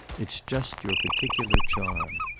it's just your particular charm.